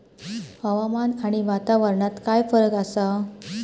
हवामान आणि वातावरणात काय फरक असा?